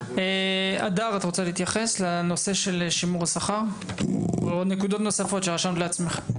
הדר את רוצה להתייחס לנושא של שימור השכר או נקודות אחרות שרשמת לעצמך?